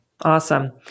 Awesome